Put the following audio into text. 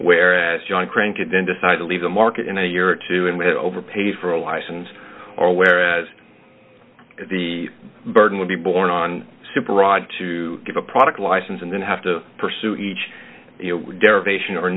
where as john crank it then decide to leave the market in a year or two and overpay for a license or whereas the burden would be borne on super rod to give a product license and then have to pursue each der